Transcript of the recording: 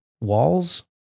Walls